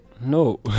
No